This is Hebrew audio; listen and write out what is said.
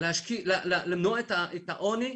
למנוע את העוני,